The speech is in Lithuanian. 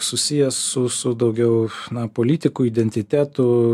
susijęs su su daugiau na politikų identitetu